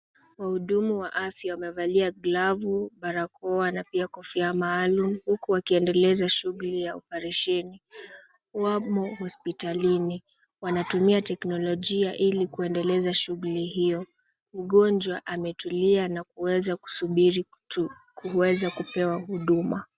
Wahudumu wa afya wamevalia glavu, barakoa na pia kofia ya maalum huku waliendeleza shughuli ya oparesheni. Waml hospitalini wanatumia teknolojia ili kuendeleza shughuli hiyo. Mgonjwa ametulia na kuweza kusubiri kuweza kupema huduma.